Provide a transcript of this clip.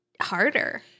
harder